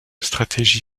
stratégie